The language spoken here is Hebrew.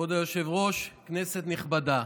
כבוד היושב-ראש, כנסת נכבדה,